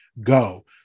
go